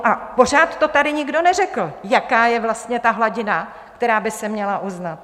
A pořád to tady nikdo neřekl, jaká je vlastně ta hladina, která by se měla uznat.